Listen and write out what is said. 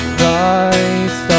Christ